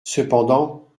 cependant